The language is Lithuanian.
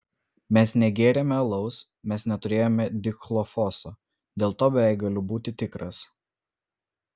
mes negėrėme alaus mes neturėjome dichlofoso dėl to beveik galiu būti tikras